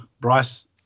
Bryce